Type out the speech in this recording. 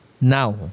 Now